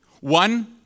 One